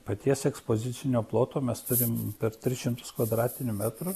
paties ekspozicinio ploto mes turim per tris šimtus kvadratinių metrų